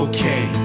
Okay